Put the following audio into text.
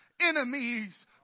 enemies